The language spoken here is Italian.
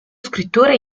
scrittore